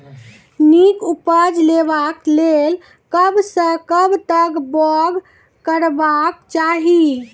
नीक उपज लेवाक लेल कबसअ कब तक बौग करबाक चाही?